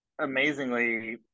amazingly